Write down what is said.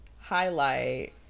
highlight